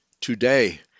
today